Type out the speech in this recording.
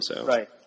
Right